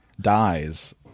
dies